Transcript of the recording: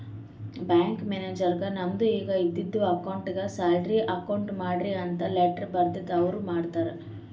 bank ಮ್ಯಾನೇಜರ್ಗ್ ನಮ್ದು ಈಗ ಇದ್ದಿದು ಅಕೌಂಟ್ಗ್ ಸ್ಯಾಲರಿ ಅಕೌಂಟ್ ಮಾಡ್ರಿ ಅಂತ್ ಲೆಟ್ಟರ್ ಬರ್ದುರ್ ಅವ್ರ ಮಾಡ್ತಾರ್